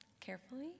carefully